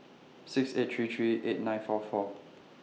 six eight three three eight nine four four